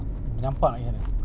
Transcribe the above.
try bedok reservoir ah